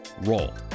roll